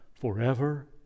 forever